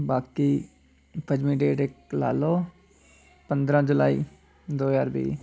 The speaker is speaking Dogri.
बाकी पंजमीं डेट इक लाई लैओ पंदरां जुलाई दो ज्हार बीह्